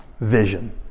Vision